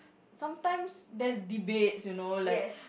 sometimes there's deviate you know like